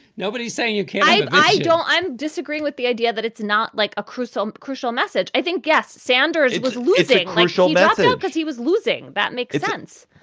nobody's saying you can't. i i don't. i'm disagreeing with the idea that it's not like a crucell crucial message. i think guess sanders was losing clingfilm because he was losing. that makes sense.